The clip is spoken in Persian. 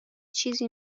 چیزی